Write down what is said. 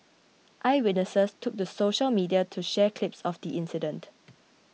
eyewitnesses took to social media to share clips of the incident